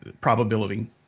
probability